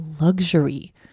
luxury